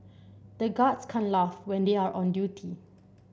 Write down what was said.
the guards can't laugh when they are on duty